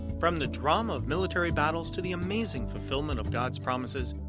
from the drama of military battles, to the amazing fulfillment of god's promises,